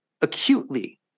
acutely